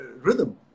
rhythm